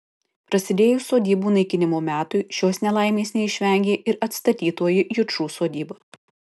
prasidėjus sodybų naikinimo metui šios nelaimės neišvengė ir atstatytoji jučų sodyba